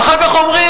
ואחר כך אומרים: